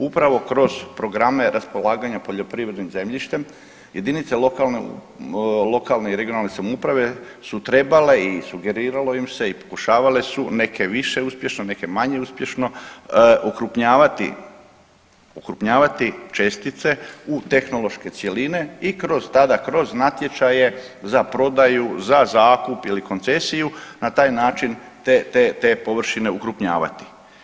Upravo kroz programe raspolaganja poljoprivrednim zemljištem jedinice lokalne, lokalne i regionalne samouprave su trebale i sugeriralo im se i pokušavale su neke više uspješno, neke manje uspješno okrupnjavati, okrupnjavati čestice u tehnološke cjeline i kroz, tada kroz natječaje za prodaju, za zakup ili koncesiju na taj način te, te površine okrupnjavati.